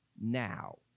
now